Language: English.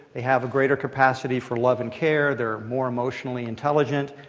they have a greater capacity for love and care. they're more emotionally intelligent.